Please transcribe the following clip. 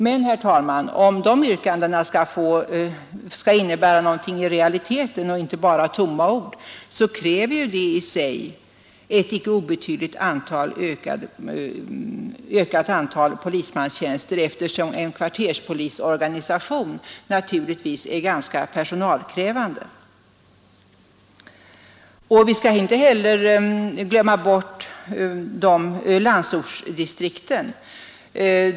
Men, herr talman, om dessa yrkanden skall innebära någonting i realiteten och inte bara vara tomma ord, så förutsätter de ett icke obetydligt ökat antal polismanstjänster, eftersom en kvarterspolisorganisation naturligtvis är ganska personalkrävande. Vi skall inte heller glömma bort landsortsdistrikten.